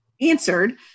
answered